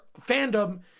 fandom